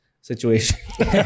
situation